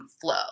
flow